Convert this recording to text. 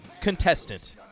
contestant